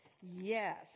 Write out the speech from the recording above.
Yes